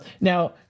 now